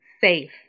safe